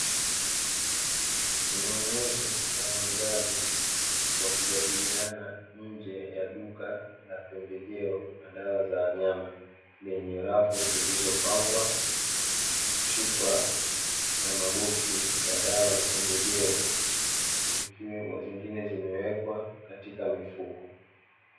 Mnunuzi na muuzaji wakijadiliana nje ya duka la pembejeo la dawa za wanyama, lenye rafu zilizopangwa chupa na maboksi ya dawa na pembejeo zikiwemo zingine zimewekwa katika mifuko.